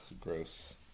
gross